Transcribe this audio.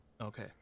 Okay